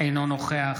אינו נוכח